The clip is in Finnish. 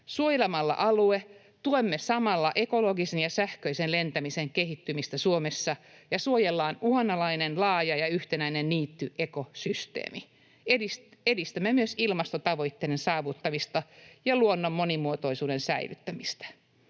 Suojelemalla alue tuetaan samalla ekologisen ja sähköisen lentämisen kehittymistä Suomessa ja suojellaan uhanalainen, laaja ja yhtenäinen niittyekosysteemi. Edistämme myös ilmastotavoitteiden saavuttamista ja luonnon monimuotoisuuden säilyttämistä.